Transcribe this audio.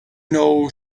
know